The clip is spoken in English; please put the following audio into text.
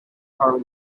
car